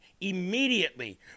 immediately